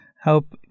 help